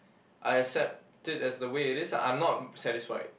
I accept it as the way it is ah I'm not satisfied